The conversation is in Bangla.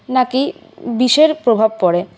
নাকি বিষের প্রভাব পরে